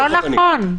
לא נכון.